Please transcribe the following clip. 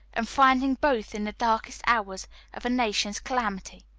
and finding both in the darkest hours of a nation's calamity.